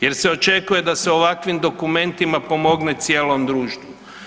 Jer se očekuje da se ovakvim dokumentima pomogne cijelom društvu.